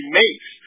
makes